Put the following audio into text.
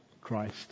Christ